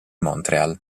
montréal